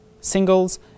singles